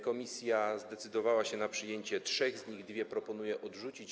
Komisja zdecydowała się na przyjęcie trzech z nich, dwie proponuje odrzucić.